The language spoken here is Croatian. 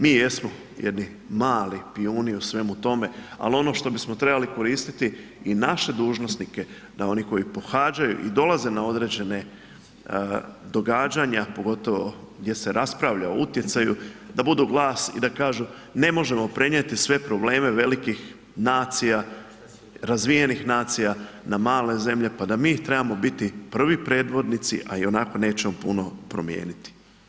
Mi jesmo jedni mali pijuni u svemu tome, ali ono što bismo trebali koristiti i naše dužnosnike da oni koji pohađaju i dolaze na određene događanja, pogotovo gdje se raspravlja o utjecaju da budu glas i da kažu ne možemo prenijeti sve probleme velikih nacija, razvijenih nacija na malene zemlje, pa da mi trebamo biti prvi predvodnici, a ionako nećemo puno promijeniti.